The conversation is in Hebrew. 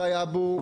שי אבו,